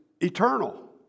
eternal